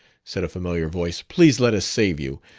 said a familiar voice, please let us save you.